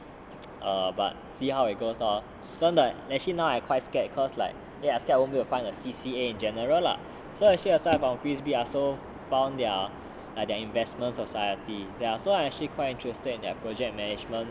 err but see how it goes lor 真的 actually now I quite scared cause like eh I scared I won't go find a C_C_A in general lah so actually I also from frisbee ah so found their ah their investments society there so I actually quite interested in their project management